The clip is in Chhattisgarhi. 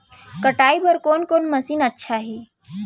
कटाई बर कोन कोन मशीन अच्छा हे?